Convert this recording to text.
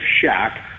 shack